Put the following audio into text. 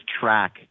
track